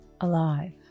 alive